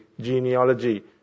genealogy